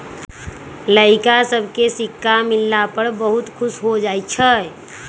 लइरका सभके सिक्का मिलला पर बहुते खुश हो जाइ छइ